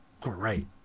great